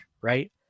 right